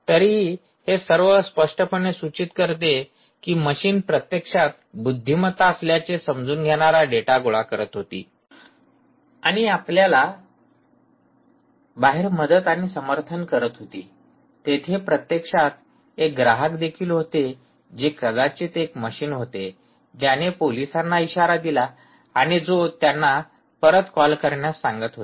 तरीही हे सर्व स्पष्टपणे सूचित करते की मशीन प्रत्यक्षात बुद्धिमत्ता असल्याचे समजून घेणारा डेटा गोळा करीत होती आणि आपल्याला बाहेर मदत आणि समर्थन करत होती तेथे प्रत्यक्षात एक ग्राहक देखील होते जे कदाचित एक मशीन होते ज्याने पोलिसांना इशारा दिला आणि जो त्यांना परत कॉल करण्यास सांगत होता